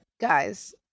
guys